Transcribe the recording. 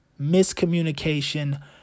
Miscommunication